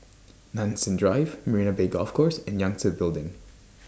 Nanson Drive Marina Bay Golf Course and Yangtze Building